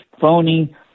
phony